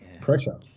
Pressure